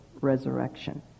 resurrection